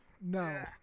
no